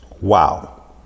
wow